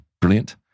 brilliant